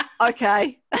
okay